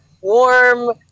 warm